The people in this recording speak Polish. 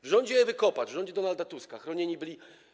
W rządzie Ewy Kopacz, w rządzie Donalda Tuska chronieni byli.